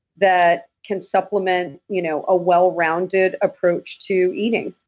that can supplement you know a well-rounded approach to eating